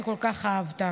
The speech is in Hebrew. שכל כך אהבת.